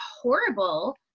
horrible